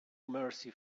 mercy